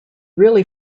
really